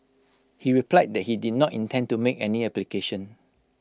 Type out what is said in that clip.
he replied that he did not intend to make any application